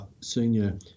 senior